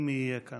אם יהיה כאן.